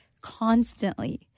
constantly